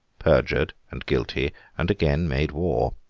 perjured, and guilty and again made war.